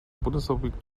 bundesrepublik